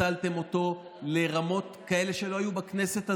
שניצלתם אותו ברמות כאלה שלא היו בכנסת הזו,